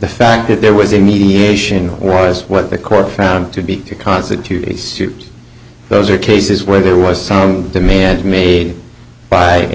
the fact that there was a mediation or as what the court found to be constituted suit those are cases where there was some demands made by a